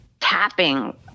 tapping